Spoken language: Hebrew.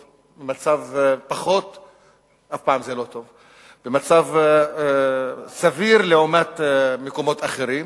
אף פעם זה לא טוב, במצב סביר לעומת מקומות אחרים.